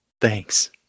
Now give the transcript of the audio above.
Thanks